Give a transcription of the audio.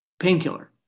painkiller